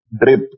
drip